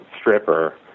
stripper